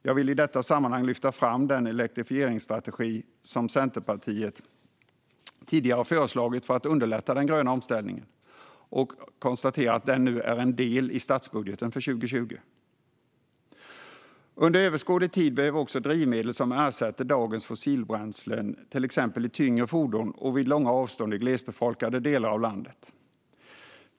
Jag vill i detta sammanhang lyfta fram den elektrifieringsstrategi som Centerpartiet tidigare har föreslagit för att underlätta den gröna omställningen. Jag konstaterar att den nu är en del av statsbudgeten för 2020. Under överskådlig tid behövs också drivmedel som ersätter dagens fossilbränslen, till exempel i tyngre fordon och vid långa avstånd i glesbefolkade delar av landet.